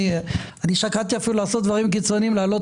שקלתי לעשות דברים קיצוניים לעלות